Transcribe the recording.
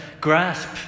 grasp